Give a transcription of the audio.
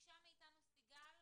ביקשה מאתנו סיגל,